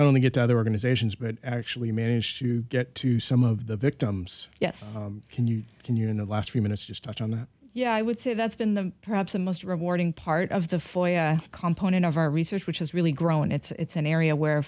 only get to other organizations but actually managed to get to some of the victims yes can you can you in the last few minutes just touch on the yeah i would say that's been the perhaps the most rewarding part of the compound and of our research which has really grown it's an area where